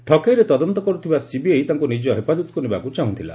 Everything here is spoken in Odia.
ଠକେଇର ତଦନ୍ତ କରୁଥିବା ସିବିଆଇ ତାଙ୍କୁ ନିଜ ହେପାଜତକୁ ନେବାକୁ ଚାହୁଁଥିଲା